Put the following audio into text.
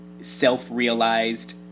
self-realized